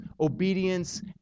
obedience